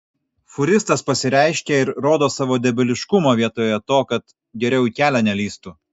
fūristas pasireiškė ir rodo savo debiliškumą vietoje to kad geriau į kelią nelįstų